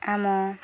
ଆମ